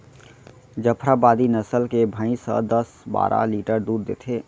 जफराबादी नसल के भईंस ह दस बारा लीटर दूद देथे